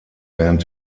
während